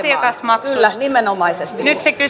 kysymys kyllä nimenomaisesti